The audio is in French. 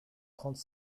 trente